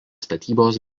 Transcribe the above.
statybos